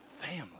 family